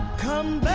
come